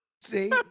See